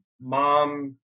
mom